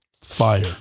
Fire